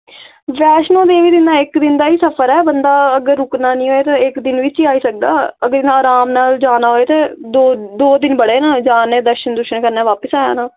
वैश्णो देवी दिन दा इक दिन दा ही सफर ऐ बंदा अगर रुकना नी होऐ तां इक दिन बिच्च बी आई सकदा अगर इ'यां अराम नाल जाना होए ते दो दो दिन बड़े न जाने दर्शन दुर्शन करने बापस आना